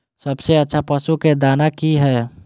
सबसे अच्छा पशु के दाना की हय?